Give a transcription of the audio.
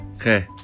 Okay